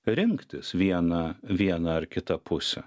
rinktis vieną vieną ar kitą pusę